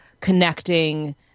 connecting –